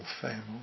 family